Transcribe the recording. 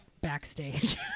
backstage